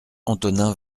antonin